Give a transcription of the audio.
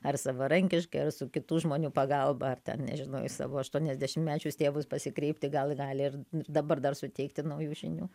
ar savarankiškai ar su kitų žmonių pagalba ar ten nežinau į savo aštuoniasdešimtmečius tėvus pasikreipti gal gali ir dabar dar suteikti naujų žinių